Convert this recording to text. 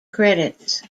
credits